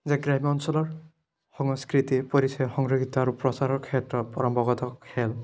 যে গ্ৰাম্য অঞ্চলৰ সংস্কৃতি পৰিচয় সংৰক্ষিত আৰু প্ৰচাৰৰ ক্ষেত্ৰত পৰম্পৰাগত খেল